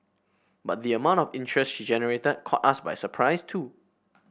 but the amount of interest she generated caught us by surprise too